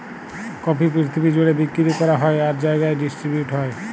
coffee পিরথিবি জ্যুড়ে বিক্কিরি ক্যরা হ্যয় আর জায়গায় ডিসটিরিবিউট হ্যয়